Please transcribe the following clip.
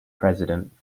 president